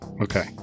Okay